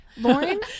Lauren